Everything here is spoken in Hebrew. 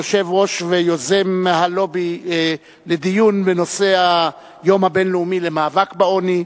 יושב-ראש ויוזם הלובי לדיון בנושא היום הבין-לאומי למאבק בעוני,